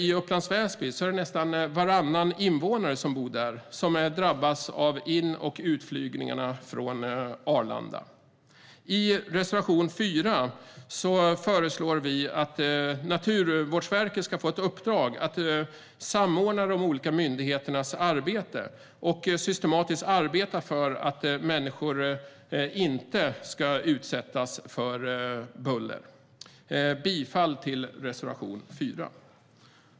I Upplands Väsby i Stockholmsområdet drabbas nästan varannan invånare av in och utflygningarna från Arlanda. I reservation 4 föreslår vi att Naturvårdsverket ska få ett uppdrag att samordna de olika myndigheternas arbete och systematiskt arbeta för att människor inte ska utsättas för buller. Jag yrkar bifall till reservation 4.